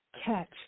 catch